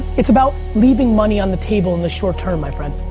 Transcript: it's about leaving money on the table in the short term, my friend.